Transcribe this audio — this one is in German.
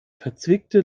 verzwickte